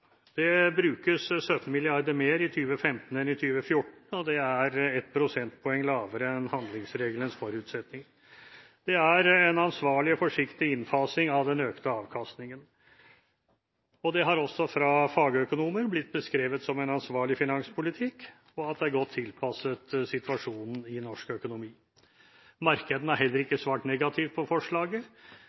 Det brukes 17 mrd. kr mer i 2015 enn i 2014, og det er ett prosentpoeng lavere enn handlingsregelens forutsetning. Det er en ansvarlig og forsiktig innfasing av den økte avkastningen. Det har også fra fagøkonomer blitt beskrevet som en ansvarlig finanspolitikk og at det er godt tilpasset situasjonen i norsk økonomi. Markedene har heller ikke svart negativt på forslaget